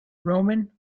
roman